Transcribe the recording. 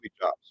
jobs